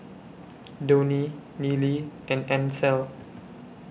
Donie Nealy and Ancel